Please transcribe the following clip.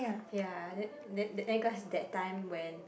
ya and then then cause that time when